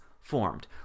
formed